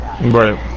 Right